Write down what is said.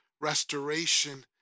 restoration